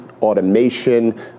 automation